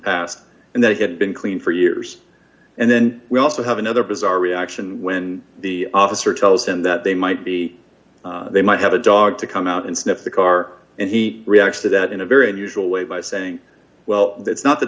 past and they had been clean for years and then we also have another bizarre reaction when the officer tells him that they might be they might have a dog to come out and sniff the car and he reacts to that in a very unusual way by saying well it's not that